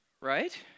right